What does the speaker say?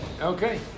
okay